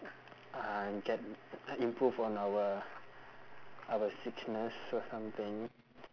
uh can uh improve on our our sickness or something